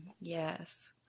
Yes